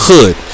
Hood